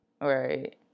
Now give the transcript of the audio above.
right